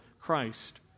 Christ